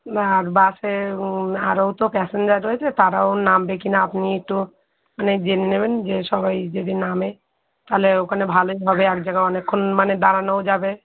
আর বাসে আরও তো প্যাসেঞ্জার রয়েছে তারাও নামবে কি না আপনি একটু মানে জেনে নেবেন যে সবাই যদি নামে তাহলে ওখানে ভালোই হবে এক জায়গায় অনেকক্ষণ মানে দাঁড়ানোও যাবে